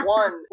one